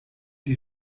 die